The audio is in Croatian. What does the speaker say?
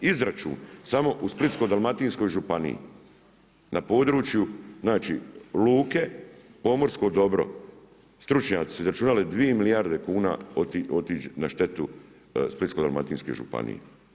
Izračun samo u Splitsko-dalmatinskoj županiji na području luke, pomorsko dobro, stručnjaci su izračunali 2 milijarde kuna otići na štetu Splitsko-dalmatinske županije.